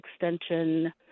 extension